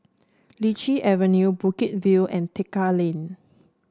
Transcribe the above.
Lichi Avenue Bukit View and Tekka Lane